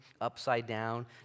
upside-down